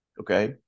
okay